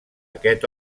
aquest